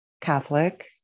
Catholic